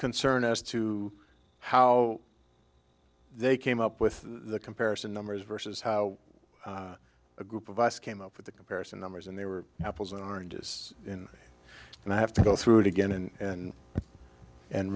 concern as to how they came up with the comparison numbers versus how a group of us came up with the comparison numbers and they were apples and oranges and i have to go through it again and and